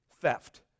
theft